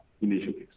initiatives